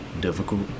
difficult